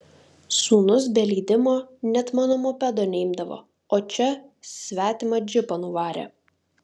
sūnus be leidimo net mano mopedo neimdavo o čia svetimą džipą nuvarė